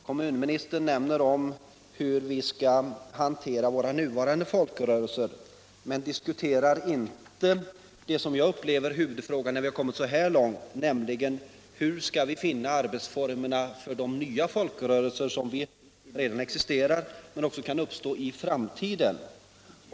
Kommunministern nämner hur vi skall bemöta våra nuvarande folkrörelser men diskuterar inte det som jag upplever vara huvudfrågan när vi har kommit så här långt, nämligen hur vi skall finna arbetsformer för de nya folkrörelser som redan existerar och som kan uppstå i framtiden.